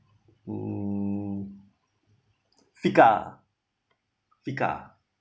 hmm fika fika